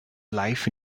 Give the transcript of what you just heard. life